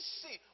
see